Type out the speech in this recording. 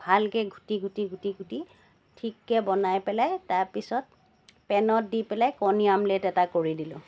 ভালকৈ ঘুটি ঘুটি ঘুটি ঘুটি ঠিককৈ বনাই পেলাই তাৰপিছত পেনত দি পেলাই কণী আমলেট এটা কৰি দিলোঁ